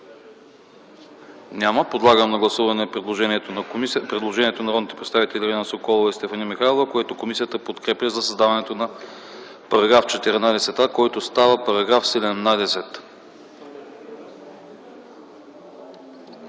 Няма. Подлагам на гласуване предложението на народните представители Ирена Соколова и Стефани Михайлова, което комисията подкрепя за създаването на § 14а, който става § 17.